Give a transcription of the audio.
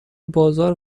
بازار